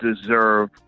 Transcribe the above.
deserve